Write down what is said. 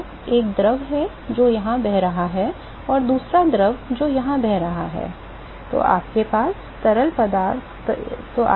तो एक द्रव है जो यहाँ बह रहा है और दूसरा द्रव जो यहाँ बह रहा है